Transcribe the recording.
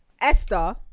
Esther